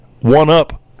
one-up